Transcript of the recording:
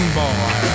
boy